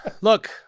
Look